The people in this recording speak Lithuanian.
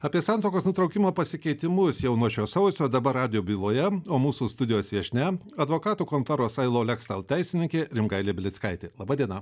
apie santuokos nutraukimo pasikeitimus jau nuo šio sausio dabar radijo byloje o mūsų studijos viešnia advokatų kontoros ilaw lextal teisininkė rimgailė belickaitė laba diena